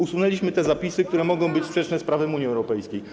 Usunęliśmy zapisy, które mogą być sprzeczne z prawem Unii Europejskiej.